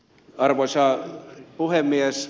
arvoisa puhemies